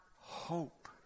hope